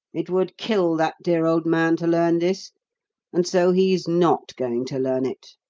it would kill that dear old man to learn this and so he's not going to learn it,